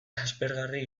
aspergarri